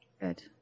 Good